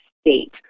state